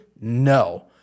No